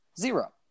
Zero